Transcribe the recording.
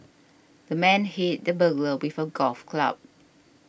the man hit the burglar with a golf club